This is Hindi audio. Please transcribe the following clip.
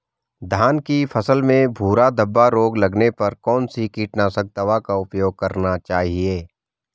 धान की फसल में भूरा धब्बा रोग लगने पर कौन सी कीटनाशक दवा का उपयोग करना चाहिए?